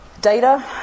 data